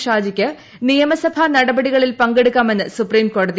ഷാജിക്ക് നിയമസഭാട് നടപടികളിൽ പങ്കെടുക്കാമെന്ന് സുപ്രീംകോടതി